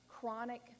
chronic